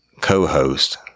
co-host